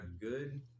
good